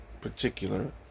particular